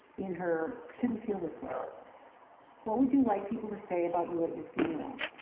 in her shouldn't feel this way what would you like people to say about you at your funeral?